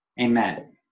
Amen